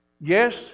yes